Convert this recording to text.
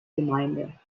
gemeinde